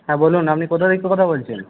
হ্যাঁ বলুন আপনি কোথা থেকে কথা বলছেন